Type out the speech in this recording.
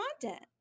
content